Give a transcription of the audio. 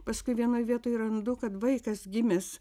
paskui vienoj vietoj randu kad vaikas gimęs